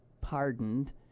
pardoned